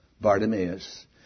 Bartimaeus